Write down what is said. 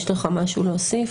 יש לך משהו להוסיף?